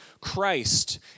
Christ